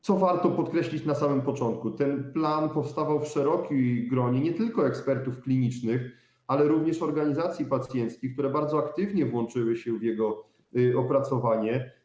Co warto podkreślić na samym początku, ten plan powstawał w szerokim gronie nie tylko ekspertów klinicznych, ale również organizacji pacjenckich, które bardzo aktywnie włączyły się w jego opracowanie.